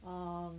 um